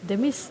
that means